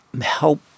help